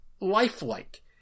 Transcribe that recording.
lifelike